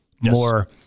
more